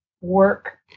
work